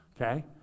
Okay